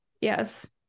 Yes